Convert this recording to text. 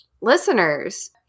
listeners –